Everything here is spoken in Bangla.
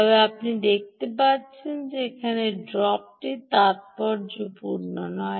তবে আপনি দেখতে পাচ্ছেন যে এখানে ড্রপটি তাত্পর্যপূর্ণ নয়